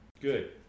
Good